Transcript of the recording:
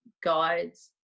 guides